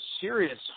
serious